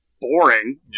boring